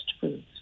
foods